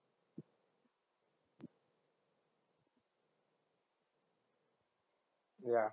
yeah